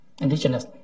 indigenous